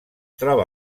troba